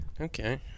Okay